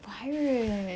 virus